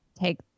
take